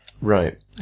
Right